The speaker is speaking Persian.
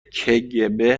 kgb